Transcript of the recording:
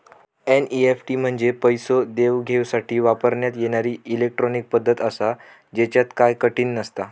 NEFT म्हंजे पैसो देवघेवसाठी वापरण्यात येणारी इलेट्रॉनिक पद्धत आसा, त्येच्यात काय कठीण नसता